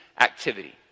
activity